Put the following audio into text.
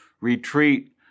retreat